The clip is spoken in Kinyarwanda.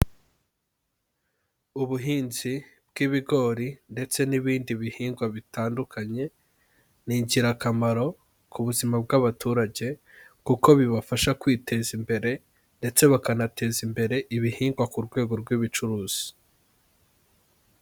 Ubuhinzi bw'ibigori ndetse n'ibindi bihingwa bitandukanye, ni ingirakamaro ku buzima bw'abaturage kuko bibafasha kwiteza imbere, ndetse bakanateza imbere ibihingwa ku rwego rw'ubucuruzi.